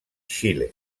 xile